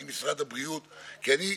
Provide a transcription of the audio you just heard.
חבר הכנסת ג'אבר עסאקלה.